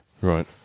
Right